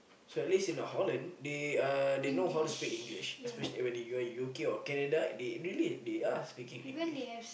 so at least in the Holland they uh they know how to speak English especially when you are in U_K or Canada they really they are speaking English